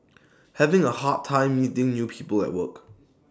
having A hard time meeting new people at work